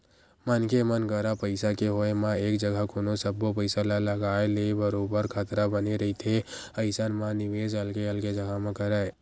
मनखे मन करा पइसा के होय म एक जघा कोनो सब्बो पइसा ल लगाए ले बरोबर खतरा बने रहिथे अइसन म निवेस अलगे अलगे जघा म करय